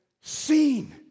seen